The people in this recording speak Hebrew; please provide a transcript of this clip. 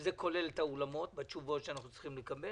שזה כולל את האולמות בתשובות שאנחנו צריכים לקבל